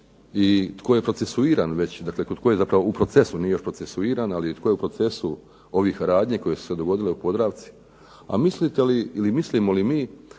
i tko je procesuiran tko je u procesu nije još procesuiran, tko je u procesu ovih radnji koje su se dogodile u Podravci. A mislite li ili mislimo li mi,